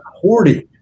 hoarding